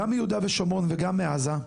גם מיהודה ושומרון וגם מעזה.